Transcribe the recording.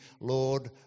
Lord